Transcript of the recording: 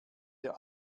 ihr